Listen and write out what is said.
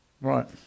Right